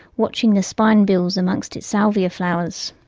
watching the spinebills among so its salvia flowers.